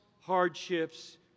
hardships